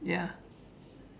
ya